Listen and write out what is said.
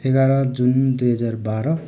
एघार जुन दुई हजार बाह्र